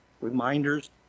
reminders